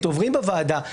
עוברים בוועדה,